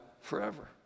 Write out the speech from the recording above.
forever